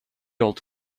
old